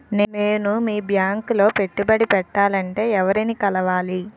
నేను మీ బ్యాంక్ లో పెట్టుబడి పెట్టాలంటే ఎవరిని కలవాలి?